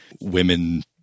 women